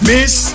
Miss